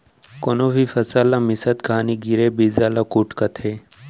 कोनो भी फसल ला मिसत घानी गिरे बीजा ल कुत कथें